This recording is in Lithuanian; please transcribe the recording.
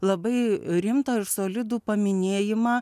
labai rimtą ir solidų paminėjimą